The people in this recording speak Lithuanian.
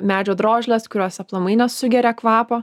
medžio drožlės kurios aplamai nesugeria kvapo